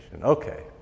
Okay